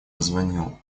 позвонил